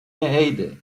عیده